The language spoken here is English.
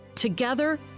Together